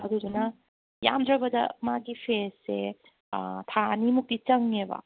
ꯑꯗꯨꯗꯨꯅ ꯌꯥꯝꯗ꯭ꯔꯕꯗ ꯃꯥꯒꯤ ꯐꯦꯁꯁꯦ ꯊꯥ ꯑꯅꯤꯃꯨꯛꯇꯤ ꯆꯪꯉꯦꯕ